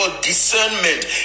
discernment